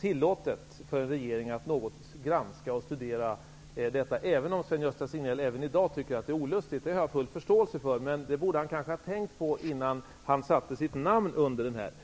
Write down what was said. tillåtet för regeringen att något granska och studera den, även om Sven Gösta Signell i dag tycker att det är olustigt. Det har jag full förståelse för. Men det borde han ha tänkt på innan han satte sitt namn där.